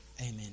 Amen